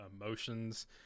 emotions